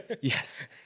Yes